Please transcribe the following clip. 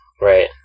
right